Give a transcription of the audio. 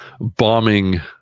bombing